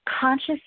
Conscious